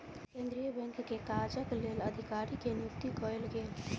केंद्रीय बैंक के काजक लेल अधिकारी के नियुक्ति कयल गेल